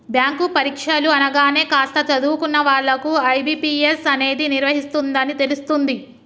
bank పరీక్షలు అనగానే కాస్త చదువుకున్న వాళ్ళకు ఐ.బీ.పీ.ఎస్ అనేది నిర్వహిస్తుందని తెలుస్తుంది